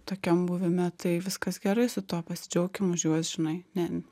tokiam buvime tai viskas gerai su tuo pasidžiaukim už juos žinai ne